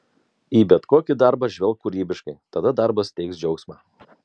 į bet kokį darbą žvelk kūrybiškai tada darbas teiks džiaugsmą